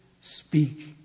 speak